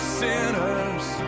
sinners